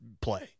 play